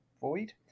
Void